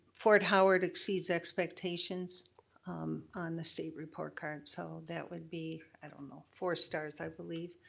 fort howard exceeds expectations on the state report card, so that would be, i don't know, four stars, i believe.